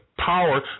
power